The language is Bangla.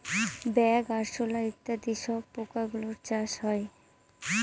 বাগ, আরশোলা ইত্যাদি সব পোকা গুলোর চাষ হয়